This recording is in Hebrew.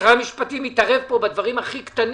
משרד המשפטים מתערב פה בדברים הכי קטנים.